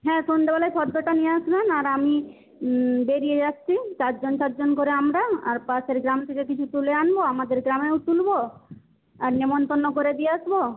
হ্যাঁ সন্ধেবেলায় ফর্দটা নিয়ে আসবেন আর আমি বেরিয়ে যাচ্ছি চারজন চারজন করে আমরা আর পাশের গ্রাম থেকে কিছু তুলে আনব আমাদের গ্রামেও তুলব আর নিমন্ত্রণ করে দিয়ে আসব